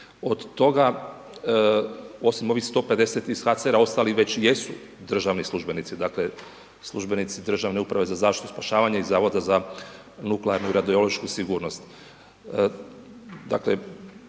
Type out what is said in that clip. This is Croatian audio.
od toga osim ovih 150 ih HCR ostali već jesu državni službenici dakle službenici Državne uprave za zaštitu i spašavanje i Zavoda za nuklearnu i radiološku sigurnost.